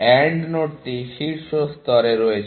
AND নোডটি শীর্ষ স্তরে রয়েছে